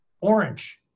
orange